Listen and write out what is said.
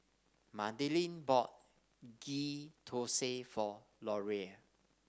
Madelyn bought Ghee Thosai for Loria